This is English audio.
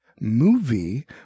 movie